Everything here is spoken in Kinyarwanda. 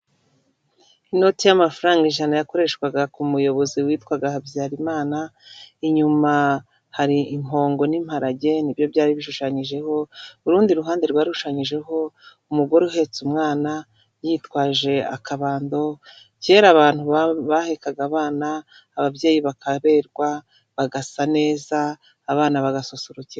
Inoti y'amafaranga ijana yakoreshwaga ku muyobozi witwaga Habyarimana inyuma hari impongo n'imparage nibyo byari bishushanyijeho, urundi ruhande rwarushanyijeho umugore uhetse umwana yitwaje akabando, kera abantu bahekaga abana ababyeyi bakaberwa bagasa neza, abana bagasusurukirwa.